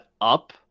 up